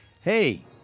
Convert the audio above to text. Hey